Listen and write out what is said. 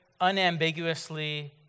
Unambiguously